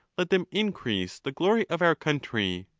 let them increase the glory of our country.